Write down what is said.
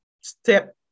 step